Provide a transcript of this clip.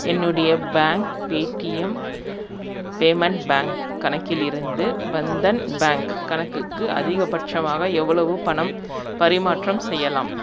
என்னுடைய bank Paytm payments bank கணக்கிலிருந்து Bandhan bank கணக்குக்கு அதிகபட்சமாக எவ்வளவு பணம் பரிமாற்றம் செய்யலாம்